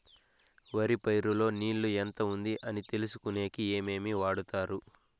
వరి పైరు లో నీళ్లు ఎంత ఉంది అని తెలుసుకునేకి ఏమేమి వాడతారు?